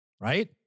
Right